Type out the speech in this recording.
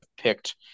picked